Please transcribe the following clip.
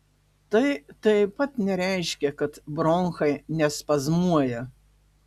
tai taip pat nereiškia kad bronchai nespazmuoja